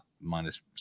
minus